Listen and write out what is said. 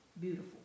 beautiful